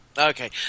Okay